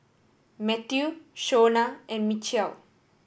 Mathew Shona and Michial